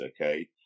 okay